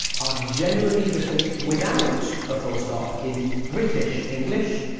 generally written without a full stop in british english,